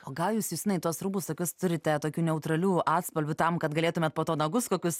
o gal jūs justinai tuos rūbus tokius turite tokių neutralių atspalvių tam kad galėtumėt po to nagus kokius